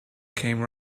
came